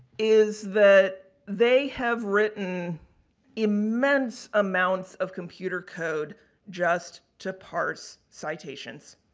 is that they have written immense amounts of computer code just to parse citations.